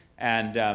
and